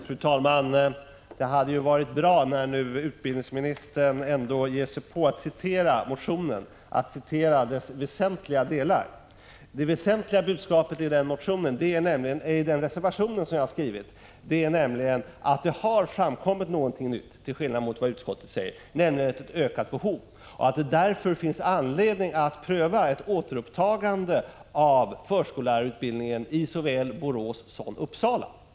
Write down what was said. Fru talman! Det hade ju varit bra, när nu utbildningsministern ändå åberopar reservationen, att han hade återgivit reservationens väsentliga delar. Det väsentliga budskapet i den reservation som jag tillsammans med Larz Johansson har skrivit är nämligen att det har framkommit någonting nytt, till skillnad mot vad utskottet säger. Det har uppstått ett ökat behov, och därför finns det anledning att pröva frågan om ett återupptagande av förskollärarutbildningen i såväl Borås som Uppsala.